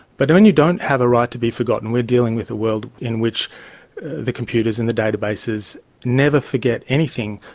but when you don't have a right to be forgotten, we are dealing with a world in which the computers and the databases never forget anything,